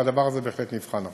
והדבר הזה בהחלט נבחן עכשיו.